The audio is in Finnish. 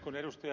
kun ed